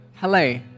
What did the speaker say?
Hello